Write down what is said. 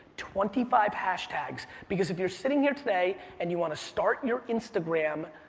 twenty five hashtags because if you're sitting here today and you wanna start your instagram,